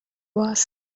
was